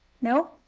No